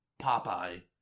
Popeye